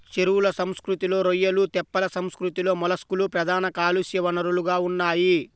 చెరువుల సంస్కృతిలో రొయ్యలు, తెప్పల సంస్కృతిలో మొలస్క్లు ప్రధాన కాలుష్య వనరులుగా ఉన్నాయి